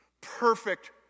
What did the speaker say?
Perfect